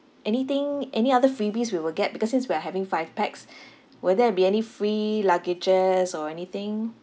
anything any other freebies we will get because since we are having five pax will there be any free luggages or anything